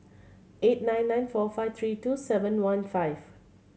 eight nine nine four five three two seven one five